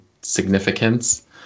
significance